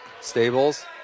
Stables